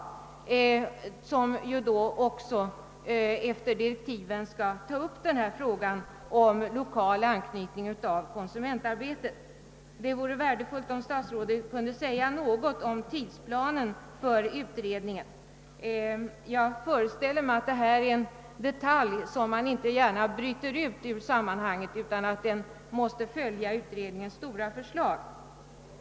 Enligt direktiven skall ju utredningen också ta upp frågan om den lokala anknytningen. Det vore värdefullt om statsrådet kunde säga något om tidsplanen för utredningen. Jag föreställer mig att det sistnämnda är en detalj, som man inte gärna bryter ut ur sammanhanget utan som måste följa med utredningens stora förslag.